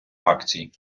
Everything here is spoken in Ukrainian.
акцій